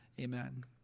Amen